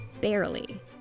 barely